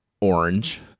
orange